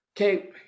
okay